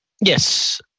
Yes